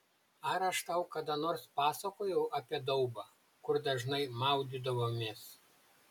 ar aš tau kada nors pasakojau apie daubą kur dažnai maudydavomės